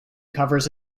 covers